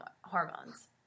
hormones